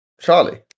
Charlie